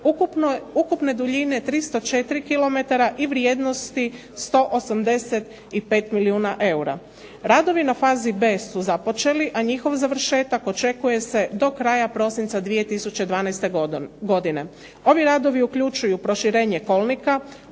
ukupne duljine 304 kilometara i vrijednosti 185 milijuna eura. Radovi na fazi B su započeli a njihov završetak očekuje se do kraja prosinca 2012. godine. Ovi radovi uključuju proširenje kolnika,